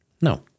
No